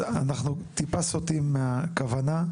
אנחנו טיפה סוטים מהכוונה.